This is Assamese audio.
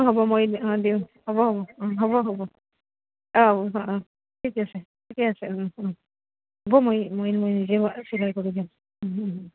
অঁ হ'ব মই অঁ দিম হ'ব হ'ব হ'ব হ'ব অঁ অঁ ঠিক আছে ঠিকে আছে হ'ব মই মই মই নিজে চিলাই কৰি দিয়াম